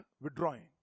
withdrawing